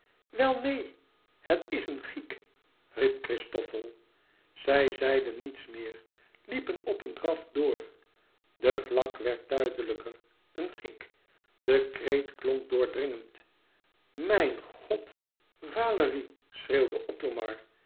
wel neen het is een giek riep christofel zij zeiden niets meer liepen op een draf door de vlak werd duidelijker een giek de kreet klonk doordringend mijn god valérie